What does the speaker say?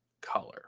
color